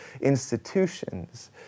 institutions